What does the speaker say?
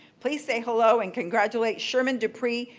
please say hello and congratulate, sherman dupre,